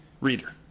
reader